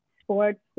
sports